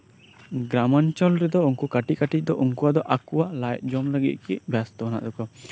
ᱜᱨᱟᱢ ᱚᱧᱪᱚᱞ ᱨᱮᱫᱚ ᱩᱱᱠᱩ ᱟᱜ ᱫᱚ ᱠᱟᱹᱴᱤᱡ ᱠᱟᱹᱴᱤᱡ ᱫᱚ ᱟᱠᱚᱣᱟᱜ ᱞᱟᱡ ᱡᱚᱢ ᱞᱟᱹᱜᱤᱫ ᱜᱮ ᱵᱮᱥᱛᱚ ᱢᱮᱱᱟᱜ ᱠᱟᱜ ᱠᱚᱣᱟ